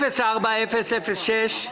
פנייה 04-006,